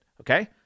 okay